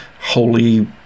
holy